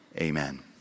Amen